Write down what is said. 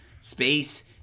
space